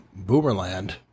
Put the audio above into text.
Boomerland